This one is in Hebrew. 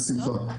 בשמחה.